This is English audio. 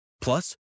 Plus